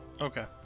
Okay